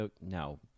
no